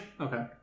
Okay